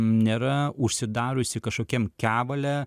nėra užsidariusi kažkokiam kevale